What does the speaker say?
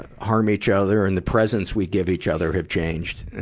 harm each other and the presents we give each other have changed,